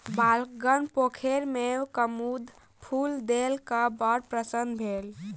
बालकगण पोखैर में कुमुद फूल देख क बड़ प्रसन्न भेल